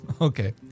Okay